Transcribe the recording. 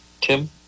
Tim